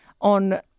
on